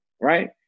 right